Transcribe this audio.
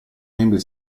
membri